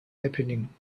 happening